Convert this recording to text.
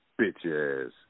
bitch-ass